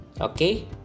okay